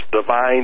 divine